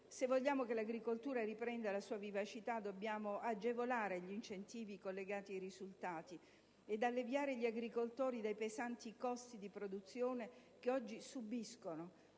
Se vogliamo che l'agricoltura riprenda la sua vivacità dobbiamo agevolare gli incentivi collegati ai risultati ed alleviare gli agricoltori dai pesanti costi di produzione che oggi subiscono,